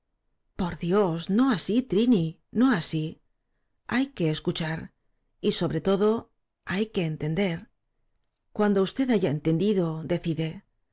por dios no así trini no así hay que escuchar y sobre todo hay que entender cuando usted haya entendido decide